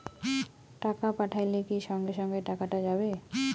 টাকা পাঠাইলে কি সঙ্গে সঙ্গে টাকাটা যাবে?